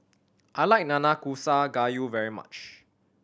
I like Nanakusa Gayu very much